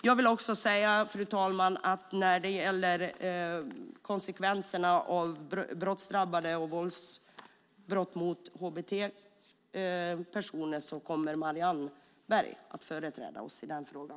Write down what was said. Jag vill också säga, fru talman, att när det gäller konsekvenserna för brottsdrabbade och våldsbrott mot hbt-personer kommer Marianne Berg att företräda Vänsterpartiet i den frågan.